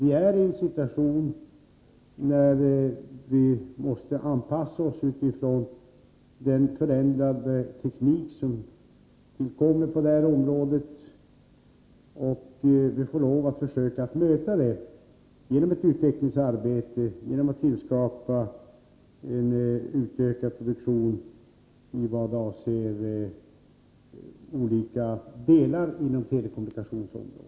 Vi är i den situationen att vi måste anpassa oss till den förändrade teknik som kommer till på detta område. Vi får lov att försöka möta situationen genom utvecklingsarbete, genom att tillskapa utökad produktion inom olika delar av telekommunikationsområdet.